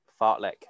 Fartlek